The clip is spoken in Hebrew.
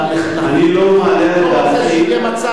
אני לא רוצה שיהיה מצב ששתי ועדות שונות,